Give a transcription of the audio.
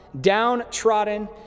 downtrodden